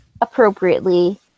appropriately